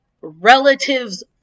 relative's